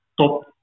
top